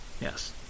Yes